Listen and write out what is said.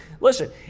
Listen